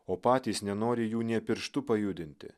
o patys nenori jų nė pirštu pajudinti